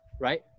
Right